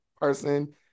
person